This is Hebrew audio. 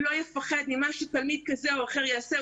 לא יפחד ממה שתלמיד כזה או אחר יעשה.